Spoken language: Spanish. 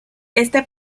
este